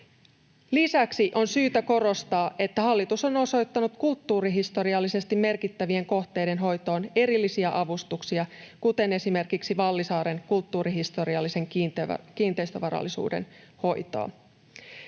Lisäksi on syytä korostaa, että hallitus on osoittanut kulttuurihistoriallisesti merkittävien kohteiden hoitoon erillisiä avustuksia, kuten esimerkiksi Vallisaaren kulttuurihistoriallisen kiinteistövarallisuuden hoitoon.